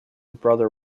brother